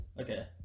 Okay